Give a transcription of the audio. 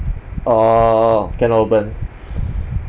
orh cannot open